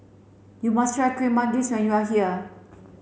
you must try Kuih Manggis when you are here